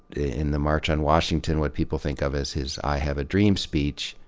in the march on washington, what people think of as his i have a dream speech,